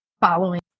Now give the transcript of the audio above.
following